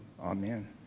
Amen